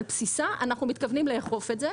על בסיסה אנחנו מתכוונים לאכוף את זה,